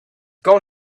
going